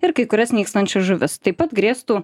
ir kai kurias nykstančias žuvis taip pat grėstų